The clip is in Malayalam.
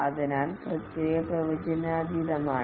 അതിനാൽ പ്രക്രിയ പ്രവചനാതീതമാണ്